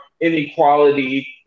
inequality